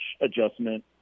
adjustment